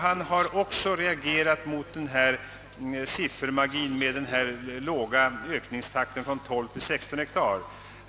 Han har också reagerat mot siffermagin med den låga ökningstakten från 12 till 16 hektar.